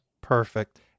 Perfect